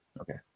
Okay